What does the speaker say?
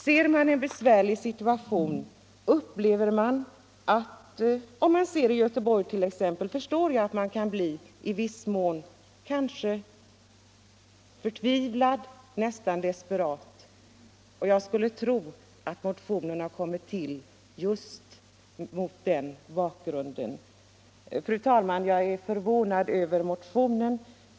Ser man en besvärlig situation, t.ex. i Göteborg, förstår jag att man i viss mån kan bli förtvivlad, nästan desperat. Jag skulle tro att motionen har kommit till just mot den bakgrunden. Fru talman! Jag är förvånad över motionen.